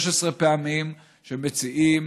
16 פעמים שהם מציעים